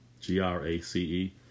G-R-A-C-E